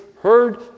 heard